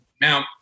Now